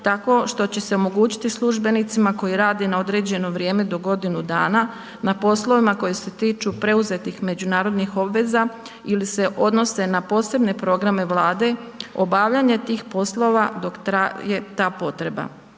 tako što će se omogućiti službenicima koji rade na određeno vrijeme do godinu dana na poslovima koji se tiču preuzetih međunarodnih obveza ili se odnose na posebne programe Vlade, obavljanje tih poslova dok traje ta potreba.